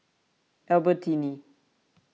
Albertini